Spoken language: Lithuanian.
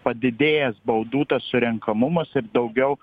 padidėjęs baudų tas surenkamumas ir daugiau